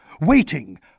Waiting